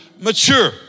mature